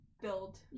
build